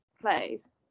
plays